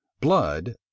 Blood—